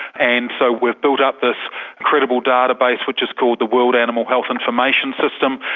and so we've built up this credible data base which is called the world animal health information system,